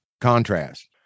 contrast